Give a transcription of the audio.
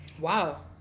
Wow